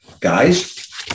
guys